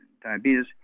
diabetes